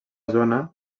zona